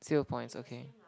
seal points okay